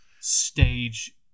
stage